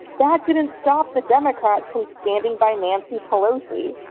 that didn't stop the democrats from standing by nancy pelosi.